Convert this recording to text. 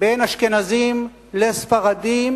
בין אשכנזים לספרדים